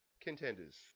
contenders